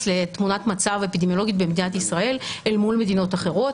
לתמונת מצב אפידמיולוגית במדינת ישראל אל מול מדינות אחרות.